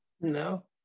No